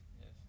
Yes